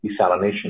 desalination